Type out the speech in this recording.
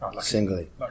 singly